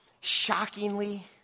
shockingly